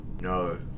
No